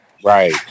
right